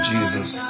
Jesus